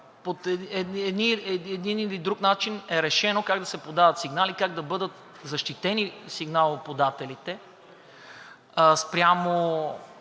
един или друг начин е решено как да се подават сигнали, как да бъдат защитени сигналоподателите спрямо